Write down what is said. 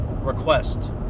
Request